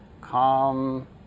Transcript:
calm